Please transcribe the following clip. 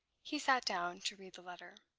he sat down to read the letter.